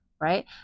right